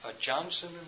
Johnson &